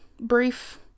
brief